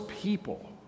people